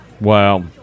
Wow